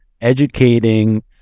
educating